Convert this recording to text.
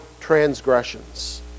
transgressions